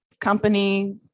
company